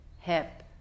hip